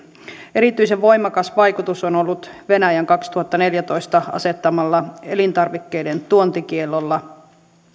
erityisen voimakas vaikutus on on ollut venäjän kaksituhattaneljätoista asettamalla elintarvikkeiden tuontikiellolla